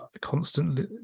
constantly